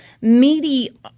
meaty